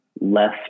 less